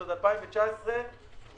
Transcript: אלא זה עוד תקציב 2019 מקוצץ,